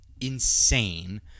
insane